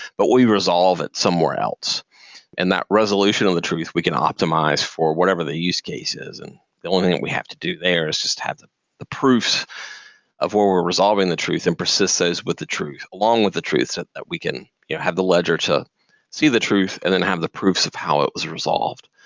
but we resolve it somewhere else and that resolution of the truth, we can optimize for whatever the use case is and the only thing we have to do there is just have the the proofs of where we're resolving the truth and persist those with the truth along with the truth so that we can have the ledger to see the truth and then have the proofs of how it was resolved.